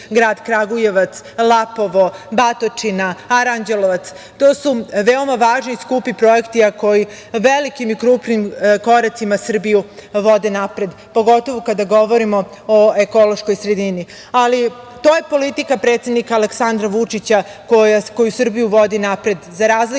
grad Kragujevac, Lapovo, Batočina, Aranđelovac. To su veoma važni i skupi projekti koji velikim i krupnim koracima Srbiju vode napred, pogotovo kada govorimo o ekološkoj sredini. To je politika predsednika Aleksandra Vučića koja Srbiju vodi napred,